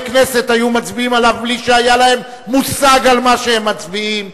הכנסת היו מצביעים עליו בלי שהיה להם מושג על מה שהם מצביעים.